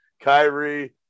Kyrie